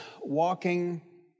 walking